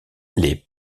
les